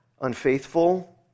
unfaithful